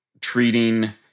treating